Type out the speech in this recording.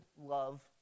love